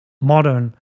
modern